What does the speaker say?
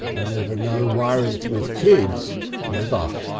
ah never no worrit with kids never.